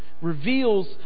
reveals